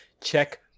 check